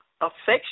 affection